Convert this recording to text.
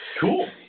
cool